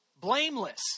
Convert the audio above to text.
Blameless